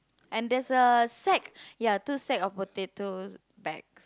and there's a sack ya two sack of potatoes bag